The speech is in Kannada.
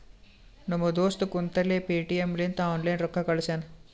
ನಮ್ ದೋಸ್ತ ಕುಂತಲ್ಲೇ ಪೇಟಿಎಂ ಲಿಂತ ಆನ್ಲೈನ್ ರೊಕ್ಕಾ ಕಳ್ಶ್ಯಾನ